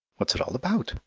what's it all about?